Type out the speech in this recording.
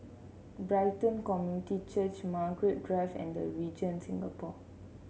Brighton Community Church Margaret Drive and The Regent Singapore